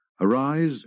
Arise